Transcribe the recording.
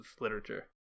literature